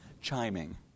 chiming